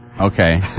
Okay